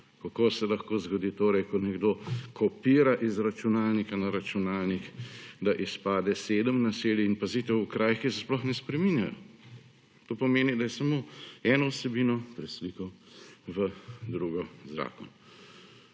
Kako se lahko zgodi torej, ko nekdo kopira iz računalnika na računalnik, da izpade sedem naselij in pazite, v okrajih, ki se sploh ne spreminjajo. To pomeni, da je samo eno vsebino preslikal v drugo zakon.